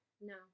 No